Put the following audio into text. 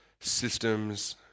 systems